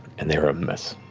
and they're a mess.